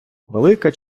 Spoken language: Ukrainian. велика